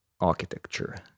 architecture